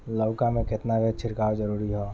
लउका में केतना बेर छिड़काव जरूरी ह?